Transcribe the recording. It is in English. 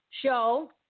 show